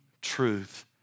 truth